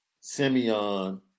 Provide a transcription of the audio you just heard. simeon